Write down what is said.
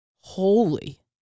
Holy